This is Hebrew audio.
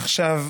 עכשיו,